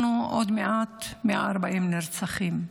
אנחנו עוד מעט ב-140 נרצחים.